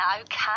Okay